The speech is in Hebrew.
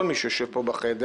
וכל מי שיושב פה בחדר,